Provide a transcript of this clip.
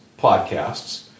podcasts